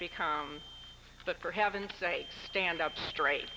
become but for heaven's sake stand up straight